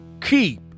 keep